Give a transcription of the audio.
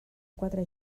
quatre